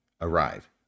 arrive